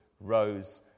rose